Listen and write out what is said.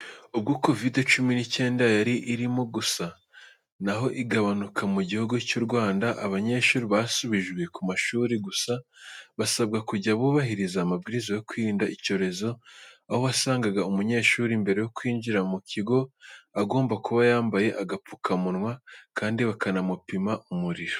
Ubwo kovide cyumi n'icyenda yari irimo gusa n'aho igabanuka mu gihugu cy'u Rwanda, abanyeshuri basubijwe ku mashuri gusa basabwa kujya bubahiriza amabwiriza yo kwirinda iki cyorezo, aho wasangaga umunyeshuri mbere yo kwinjira mu kigo agomba kuba yambaye agapfukamunwa kandi bakanamupima umuriro.